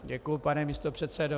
Děkuji, pane místopředsedo.